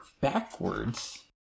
backwards